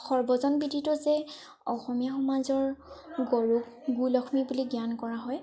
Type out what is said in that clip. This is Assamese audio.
সৰ্বজনবিদিত যে অসমীয়া সমাজৰ গৰু গো লক্ষ্মী বুলি জ্ঞান কৰা হয়